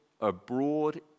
abroad